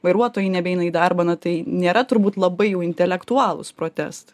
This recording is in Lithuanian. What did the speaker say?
vairuotojai nebeina į darbą na tai nėra turbūt labai jau intelektualūs protestai